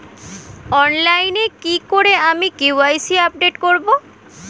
অনলাইনে কি করে আমি কে.ওয়াই.সি আপডেট করব?